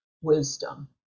wisdom